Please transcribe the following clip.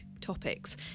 topics